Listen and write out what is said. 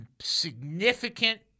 significant